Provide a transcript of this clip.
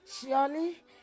Surely